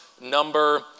number